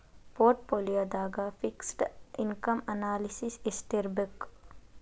ಪೊರ್ಟ್ ಪೋಲಿಯೊದಾಗ fixed income analysis ಯೆಸ್ಟಿರ್ಬಕ್?